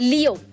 Leo